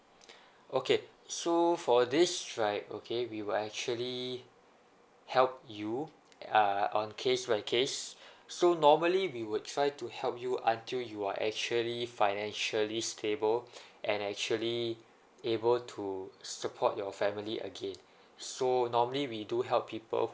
okay so for this right okay we will actually help you uh on case by case so normally we would try to help you until you are actually financially stable and actually able to support your family again so normally we do help people